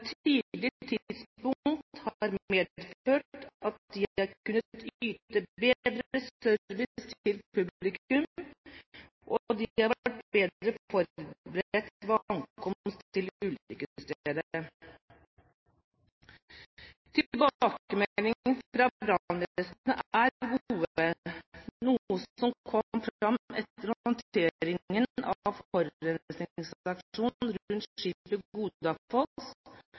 tidspunkt har medført at de har kunnet yte bedre service til publikum, og de har vært bedre forberedt ved ankomst til ulykkesstedet. Tilbakemeldingene fra brannvesenet er gode, noe som kom fram etter håndteringen av